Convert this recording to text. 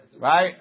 Right